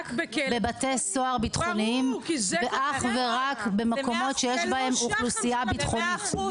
בבתי סוהר ביטחוניים ואך ורק במקומות שיש בהם אוכלוסייה ביטחונית.